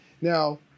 now